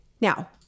Now